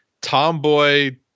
tomboy